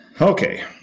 Okay